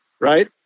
right